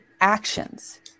actions